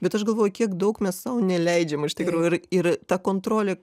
bet aš galvoju kiek daug mes sau neleidžiam iš tikrųjų ir ir ta kontrolė